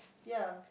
ya